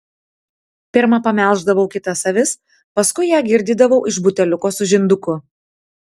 pirma pamelždavau kitas avis paskui ją girdydavau iš buteliuko su žinduku